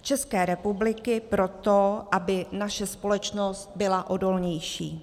České republiky proto, aby naše společnost byla odolnější.